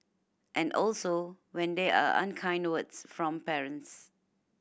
and also when there are unkind words from parents